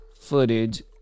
footage